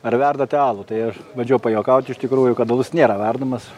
ar verdate alų tai aš bandžiau pajuokauti iš tikrųjų kad alus nėra verdamas